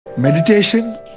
Meditation